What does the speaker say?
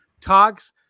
talks